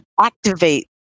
activate